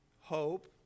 Hope